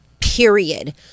period